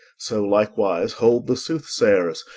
so likewise hold the soothsayers,